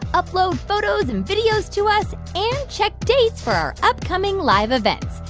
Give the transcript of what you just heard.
upload photos and videos to us and check dates for our upcoming live events.